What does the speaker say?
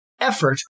effort